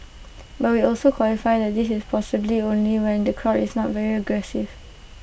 but we also qualify that this is possibly only when the crowd is not very aggressive